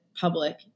public